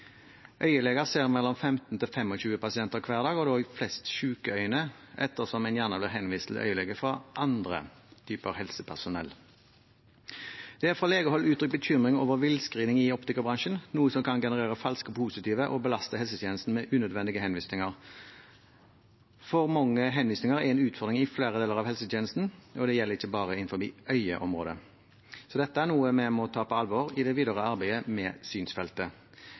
ser mellom 15 og 25 pasienter hver dag, og da flest syke øyne ettersom en gjerne blir henvist til øyelege fra andre typer helsepersonell. Det er fra legehold uttrykt bekymring over villscreening i optikerbransjen, noe som kan generere falske positive og belaste helsetjenesten med unødvendige henvisninger. For mange henvisninger er en utfordring i flere deler av helsetjenesten, og det gjelder ikke bare innenfor øyeområdet. Dette er noe vi må ta på alvor i det videre arbeidet med synsfeltet.